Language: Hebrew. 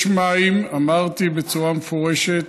יש מים, אמרתי בצורה מפורשת,